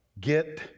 get